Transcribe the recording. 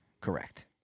Correct